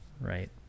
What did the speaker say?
right